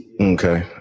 Okay